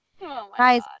guys